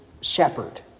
shepherd